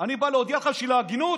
אני בא להודיע לך בשביל ההגינות.